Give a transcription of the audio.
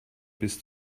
bis